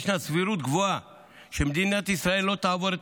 יש סבירות גבוהה שמדינת ישראל לא תעבור את